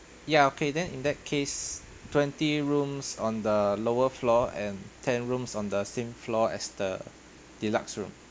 ya okay then in that case twenty rooms on the lower floor and ten rooms on the same floor as the deluxe room